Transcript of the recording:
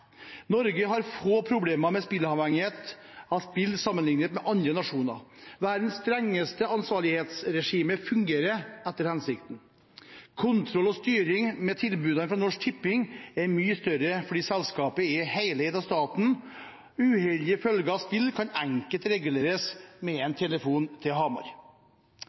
Norge har få problemer med spilleavhengighet sammenlignet med andre nasjoner. Verdens strengeste ansvarlighetsregime fungerer etter hensikten. Kontroll og styring med tilbudene fra Norsk Tipping er mye større fordi selskapet er heleid av staten. Uheldige følger av spill kan enkelt reguleres med «en telefon til Hamar».